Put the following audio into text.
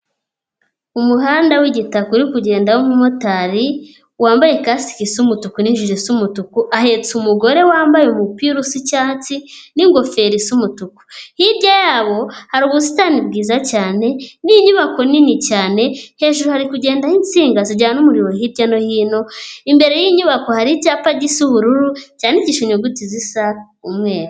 Umuhanda w'igitaka uri kugendamo umumotari wambaye kasike isa umutuku n'ijire isa umutuku ahetse umugore wambaye umupira usa icyatsi n'ingofero isa umutuku. Hirya y'abo hari ubusitani bwiza cyane n'inyubako nini cyane, hejuru hari kugendaho insinga zijyana umuriro hirya no hino, imbere y'inyubako hari icyapa gisa ubururu cyandikishije inyuguti zisa umweru.